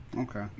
Okay